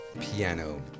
piano